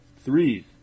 three